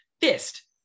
fist